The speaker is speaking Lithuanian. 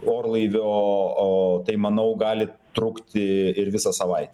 orlaivio o tai manau gali trukti ir visą savaitę